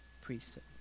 priesthood